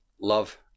Love